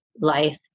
life